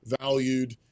valued